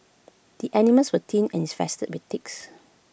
the animals were thin and infested with ticks